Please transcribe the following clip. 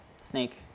snake